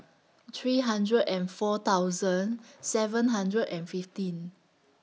three hundred and four thousand seven hundred and fifteen